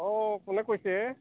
অঁ কোনে কৈছে